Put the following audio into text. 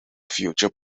future